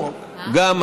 גם,